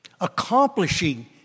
Accomplishing